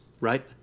Right